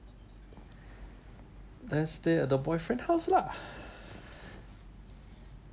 then like that stay at the boyfriend house lah